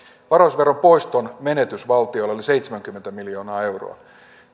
varallisuusveron poiston menetys valtiolle oli seitsemänkymmentä miljoonaa euroa